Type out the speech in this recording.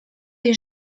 est